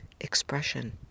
expression